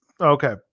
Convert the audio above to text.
Okay